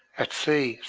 at sea,